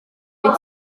wyt